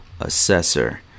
assessor